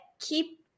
keep